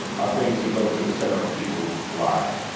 are things that go to the center of people's lives.